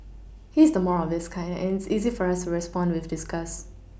he is the more obvious kind and it's easy for us respond with disgust